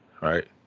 right